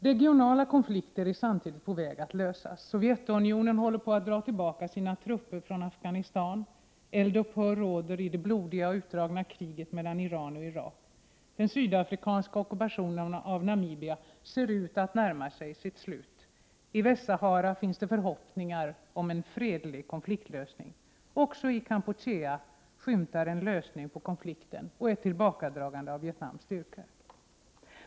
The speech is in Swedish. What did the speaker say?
Regionala konflikter är samtidigt på väg att lösas. Sovjetunionen håller på att dra tillbaka sina trupper från Afghanistan. Eldupphör råder i det blodiga och utdragna kriget mellan Iran och Irak. Den sydafrikanska ockupationen av Namibia ser ut att närma sig sitt slut. I Västsahara finns det förhoppningar om en fredlig konfliktlösning. Också i Kampuchea skymtar en lösning på konflikten och ett tillbakadragande av Vietnams trupper.